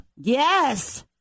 Yes